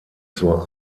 zur